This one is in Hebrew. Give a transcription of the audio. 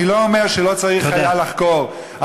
אני לא אומר שלא צריך היה לחקור, תודה.